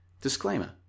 Disclaimer